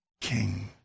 king